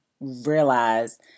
realize